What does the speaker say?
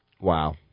Wow